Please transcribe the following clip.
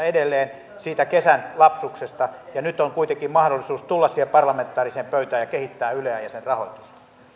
edelleen siitä kesän lapsuksesta nyt on kuitenkin mahdollisuus tulla siihen parlamentaariseen pöytään ja kehittää yleä ja sen rahoitusta